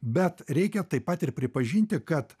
bet reikia taip pat ir pripažinti kad